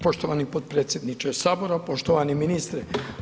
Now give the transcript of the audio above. Poštovani potpredsjedniče Sabora, poštovani ministre.